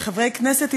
כחברי הכנסת,